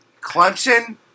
Clemson